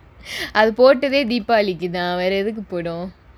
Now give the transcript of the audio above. அது போட்டதே:athu pottathae deepavali க்கு தான் வேற எதுக்கு போடும்:kku thaan vera ethukku podum